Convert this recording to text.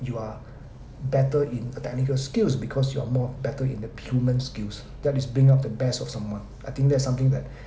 you are better in technical skills because you are more better in uh human skills that is bring up the best of someone I think that is something that